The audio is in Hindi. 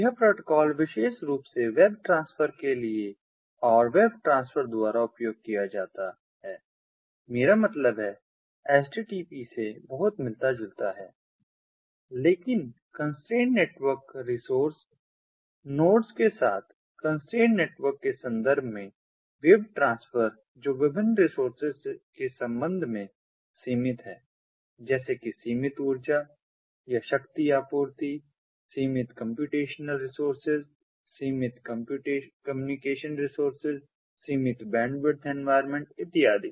यह प्रोटोकॉल विशेष रूप से वेब ट्रांसफर के लिए और वेब ट्रांसफर द्वारा उपयोग किया जाता है मेरा मतलब HTTP से बहुत मिलता जुलता है लेकिन कन्स्ट्रैन्ड नेटवर्क रिसोर्स नोड्स के साथ कन्स्ट्रैन्ड नेटवर्क के संदर्भ में वेब ट्रांसफर जो विभिन्न रिसोर्सेज के संबंध में सीमित हैं जैसे कि सीमित ऊर्जा या शक्तिआपूर्ति सीमित कम्प्यूटेशनल रिसोर्सेज सीमित कम्युनिकेशन रिसोर्सेज सीमित बैंडविड्थ एनवायरमेंट इत्यादि